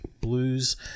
blues